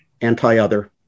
anti-other